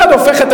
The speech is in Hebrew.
כיצד הופכת,